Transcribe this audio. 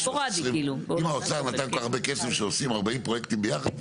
אם האוצר נתן כל כך הרבה כסף שעושים 40 פרויקטים ביחד,